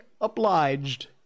obliged